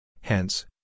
Hence